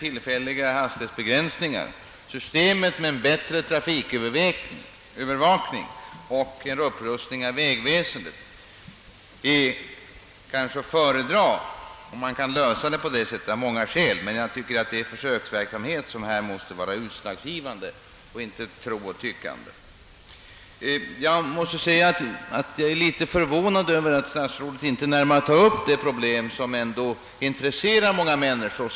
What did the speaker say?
Tillfälliga hastighetsbegränsningar, en bättre trafikövervakning och en upprustning av vägväsendet tror jag av många skäl är att föredra, om vi kan lösa frågorna på det sättet. En försöksverksamhet måste emellertid bli utslagsgivande, inte vad vi tror och tycker. Jag är förvånad över att statsrådet inte tog upp detta problem närmare. Det intresserar ju ändå många människor.